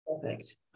perfect